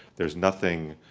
there's nothing,